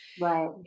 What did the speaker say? Right